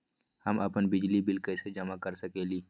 हम अपन बिजली बिल कैसे जमा कर सकेली?